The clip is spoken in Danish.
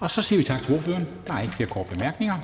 Kl. 17:01 Formanden (Henrik Dam Kristensen): Så siger vi tak til ordføreren. Der er ikke flere korte bemærkninger.